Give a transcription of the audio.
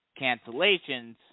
cancellations